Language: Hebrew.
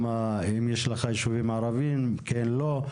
אם יש לך ישובים ערבים כן או לא,